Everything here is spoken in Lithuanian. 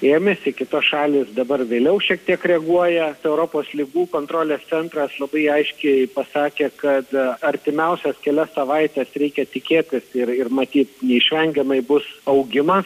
ėmėsi kitos šalys ir dabar vėliau šiek tiek reaguoja europos ligų kontrolės centras labai aiškiai pasakė kada artimiausias kelias savaites reikia tikėtis ir ir matyt neišvengiamai bus augimas